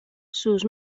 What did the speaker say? sus